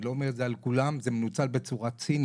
אני לא אומר את זה על כולם זה מנוצל בצורה צינית.